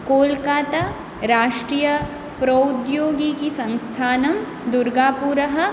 कोलकाता राष्ट्रीयप्रौद्योगिकि संस्थानं दुर्गापुरम्